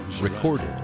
recorded